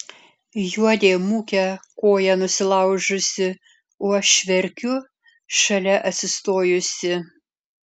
juodė mūkia koją nusilaužusi o aš verkiu šalia atsistojusi